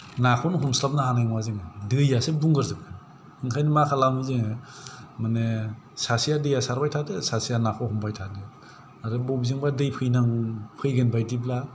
नाखौनो हमस्लाबनो हानाय नङा जोङो दैआसो बुंग्रोजोबगोन ओंखायनो मा खालामो जोङो माने सासेआ दैखौ सारबाय थादो सासेआ नाखौ हमबाय थादो आरो बबेजोंबा दै फैनांगौ दै फैगोन बादिब्ला